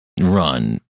run